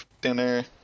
dinner